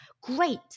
Great